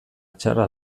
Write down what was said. txarra